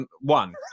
one